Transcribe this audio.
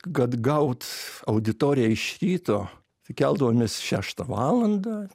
kad gaut auditoriją iš ryto tai keldavomės šeštą valandą